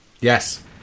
yes